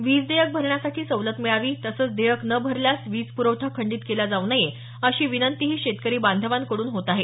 वीज देयक भरण्यासाठी सवलत मिळावी तसंच देयक न भरल्यास वीज प्रवठा खंडीत केला जाऊ नये अशी विनंतीही शेतकरी बांधवाकडून होत आहे